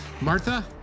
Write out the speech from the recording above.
Martha